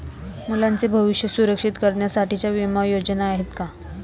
मुलांचे भविष्य सुरक्षित करण्यासाठीच्या विमा योजना आहेत का?